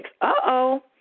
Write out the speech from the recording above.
Uh-oh